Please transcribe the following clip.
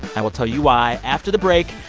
i will tell you why after the break.